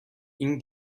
این